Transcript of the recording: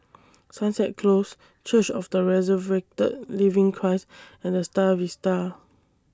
Sunset Close Church of The Resurrected Living Christ and The STAR Vista